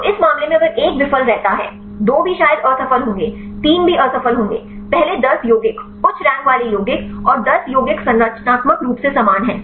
तो इस मामले में अगर 1 विफल रहता है 2 भी शायद असफल होंगे 3 भी असफल होंगे पहले 10 यौगिक उच्च रैंक वाले यौगिक और 10 यौगिक संरचनात्मक रूप से समान हैं